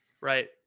right